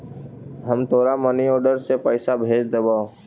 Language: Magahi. हम तोरा मनी आर्डर से पइसा भेज देबो